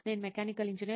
నేను mechanical engineer